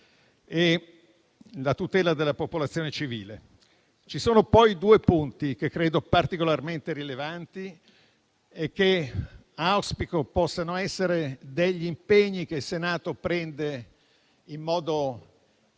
e la tutela della popolazione civile. Ci sono poi due punti che credo particolarmente rilevanti e sui quali auspico possano essere presi impegni dal Senato in modo consensuale